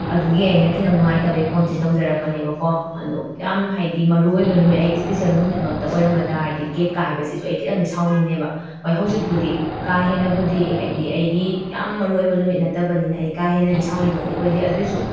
ꯑꯗꯨꯒꯤ ꯑꯩꯅ ꯈꯤꯇꯪ ꯅꯨꯡꯉꯥꯏꯇꯕꯒꯤ ꯐꯣꯟꯁꯦ ꯇꯧꯖꯔꯛꯄꯅꯦꯕꯀꯣ ꯑꯗꯣ ꯌꯥꯝ ꯍꯥꯏꯕꯗꯤ ꯃꯔꯨ ꯑꯣꯏꯕ ꯅꯨꯃꯤꯠ ꯑꯩ ꯏꯁꯄꯦꯁꯤꯌꯦꯜ ꯅꯨꯃꯤꯠꯃꯛꯇ ꯑꯣꯏꯔꯝꯕ ꯇꯥꯔꯗꯤ ꯀꯦꯛ ꯀꯥꯏꯕꯁꯤꯁꯨ ꯑꯩ ꯈꯤꯇꯪꯗꯤ ꯁꯥꯎꯅꯤꯡꯅꯦꯕ ꯍꯣꯏ ꯍꯧꯖꯤꯛꯄꯨꯗꯤ ꯀꯥ ꯍꯦꯟꯅꯕꯨꯗꯤ ꯍꯥꯏꯗꯤ ꯑꯩꯒꯤ ꯌꯥꯝ ꯃꯔꯨ ꯑꯣꯏꯕ ꯅꯨꯃꯤꯠ ꯅꯠꯇꯕꯅꯤꯅ ꯑꯩ ꯀꯥ ꯍꯦꯟꯅꯗꯤ ꯁꯥꯎꯅꯤꯡꯕꯗꯤ ꯑꯣꯏꯗꯦ ꯑꯗꯨ ꯑꯣꯏꯔꯁꯨ